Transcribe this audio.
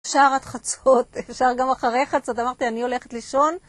שער עד חצות, שער גם אחרי חצות. אמרתי, אני הולכת לישון.